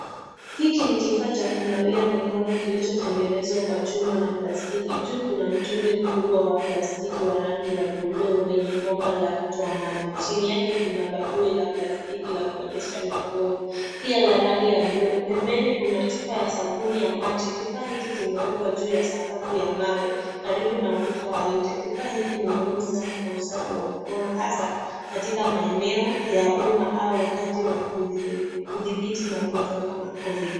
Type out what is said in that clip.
Hiki ni kifaa cha kunawia mikono kilichotengenezwa kwa chuma na plastiki. Juu kuna mtungi mkubwa wa plastiki wa rangi ya bluu, wenye bomba la kutoa maji. Chini yake kuna bakuli la plastiki la kuonyesha mikono, pia la rangi ya bluu. Pembeni kuna chupa ya sabuni ya maji. Kifaa hiki kimewekwa juu ya sakafu ya mawe, karibu na ukuta wa nje. Kifaa hiki ni muhimu sana kwa usafi wa mkono, hasaa katika maeneo ya umma au wakati wa kudhibiti magonjwa kama Covid.